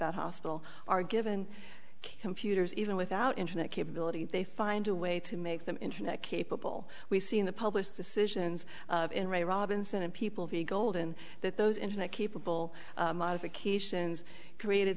that hospital are given computers even without internet capability they find a way to make them internet capable we've seen the published decisions in ray robinson and people v gold and that those internet capable modifications created